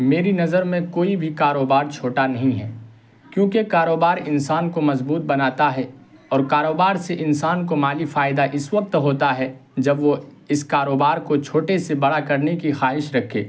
میری نظر میں کوئی بھی کاروبار چھوٹا نہیں ہے کیونکہ کاروبار انسان کو مضبوط بناتا ہے اور کاروبار سے انسان کو مالی فائدہ اس وقت ہوتا ہے جب وہ اس کاروبار کو چھوٹے سے بڑا کرنے کی خواہش رکھے